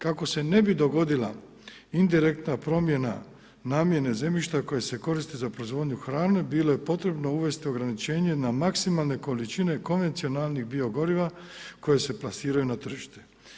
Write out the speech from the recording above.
Kako se ne bi dogodila indirektna promjena namjene zemljišta koje se koristi za proizvodnju hrane bilo je potrebno uvest ograničenje na maksimalne količine konvencionalnih bio goriva koji se plasiraju na tržište.